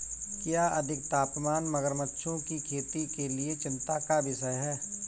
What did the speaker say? क्या अधिक तापमान मगरमच्छों की खेती के लिए चिंता का विषय है?